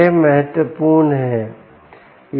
यह महत्वपूर्ण है